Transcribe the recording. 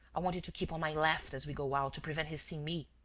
i want you to keep on my left as we go out, to prevent his seeing me.